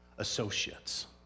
associates